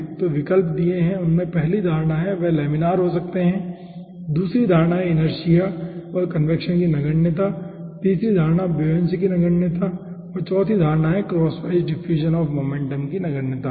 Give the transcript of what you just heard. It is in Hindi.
तो विकल्प दिए गए है उनमे पहली धारणा हैं वे लामिनार हो सकते हैं दूसरी धारणा है इनर्शिया और कन्वेक्शन की नगण्यता तीसरी धारणा ब्योयांसी की नगण्यता और चौथी धारणा है क्रॉसवाइज डिफ्यूज़न ऑफ़ मोमेंटम की नगण्यता ठीक है